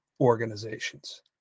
organizations